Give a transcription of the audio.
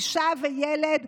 אישה וילד,